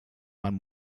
man